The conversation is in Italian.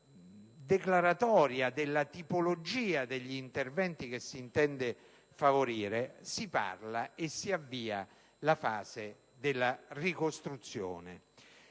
una declaratoria della tipologia degli interventi che si intende favorire, si avvia la fase della ricostruzione.